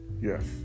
Yes